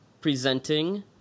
presenting